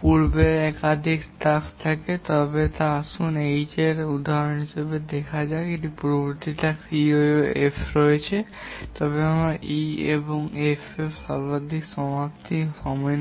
পূর্বের একাধিক টাস্ক থাকে তবে আসুন H এর উদাহরণ বিবেচনা করুন যার দুটি পূর্ববর্তী টাস্ক E এবং F রয়েছে তবে আমরা E এবং F এর সর্বশেষ সমাপ্তি সময় নেব